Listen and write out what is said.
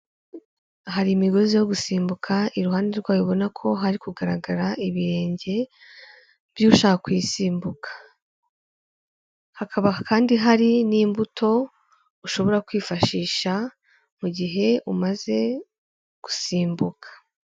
Hari imigozi yo gusimbuka, iruhande rwayo ubona ko hari kugaragara ibirenge by'ushaka kuyisimbuka. Hakaba kandi hari n'imbuto ushobora kwifashisha mu gihe umaze gusimbuka.